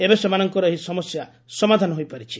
ଏବେ ସେମାନଙ୍କର ଏହି ସମସ୍ୟା ସମାଧାନ ହୋଇପାରିଛି